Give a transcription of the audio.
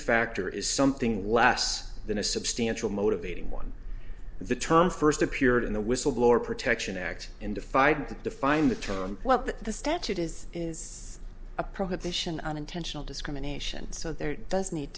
factor is something less than a substantial motivating one the term first appeared in the whistleblower protection act into fide to define the term well that the statute is is a prohibition on intentional discrimination so there does need